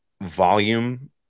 volume